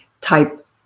type